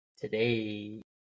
Today